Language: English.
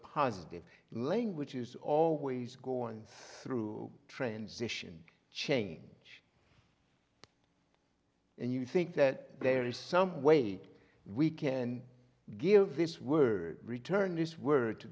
positive language is always going through transition change and you think that there is some way we can give this word return this word to